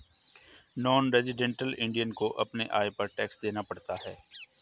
non resident Indian को अपने आय पर टैक्स देना पड़ता है